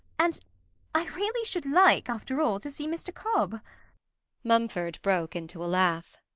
and i really should like, after all, to see mr. cobb mumford broke into a laugh.